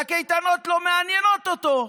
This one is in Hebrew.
והקייטנות לא מעניינות אותו.